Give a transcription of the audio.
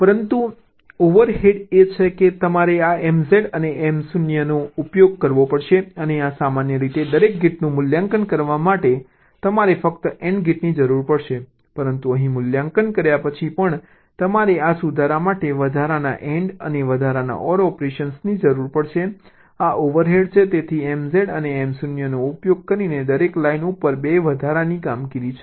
પરંતુ ઓવરહેડ એ છે કે તમારે આ MZ અને Mo નો ઉપયોગ કરવો પડશે અને સામાન્ય રીતે દરેક ગેટનું મૂલ્યાંકન કરવા માટે તમારે ફક્ત AND ગેટની જરૂર પડશે પરંતુ અહીં મૂલ્યાંકન કર્યા પછી પણ તમારે આ સુધારા માટે વધારાના AND અને વધારાના OR ઓપરેશનની જરૂર પડશે આ ઓવરહેડ છે તેથી MZ અને Mo નો ઉપયોગ કરીને દરેક લાઇન ઉપર 2 વધારાની કામગીરી છે